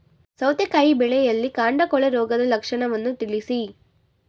ಸೌತೆಕಾಯಿ ಬೆಳೆಯಲ್ಲಿ ಕಾಂಡ ಕೊಳೆ ರೋಗದ ಲಕ್ಷಣವನ್ನು ತಿಳಿಸಿ?